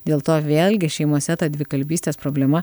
dėl to vėlgi šeimose ta dvikalbystės problema